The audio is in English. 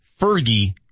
Fergie